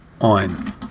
on